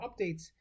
updates